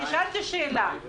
א', אני מוחה על הדברים שנאמרו.